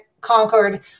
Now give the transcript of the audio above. Concord